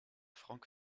frank